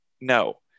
No